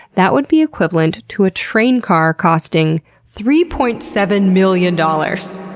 that would be equivalent to a train car costing three point seven million dollars